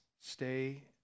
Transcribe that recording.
stay